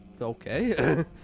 okay